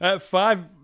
five